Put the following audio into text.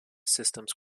systems